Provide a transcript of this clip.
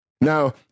Now